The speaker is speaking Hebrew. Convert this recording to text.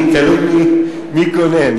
תלוי מי קונה.